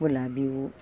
ಗುಲಾಬಿ ಹೂ